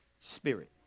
spirit